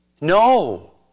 No